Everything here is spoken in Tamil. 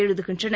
எழுதுகின்றனர்